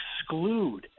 exclude